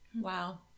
Wow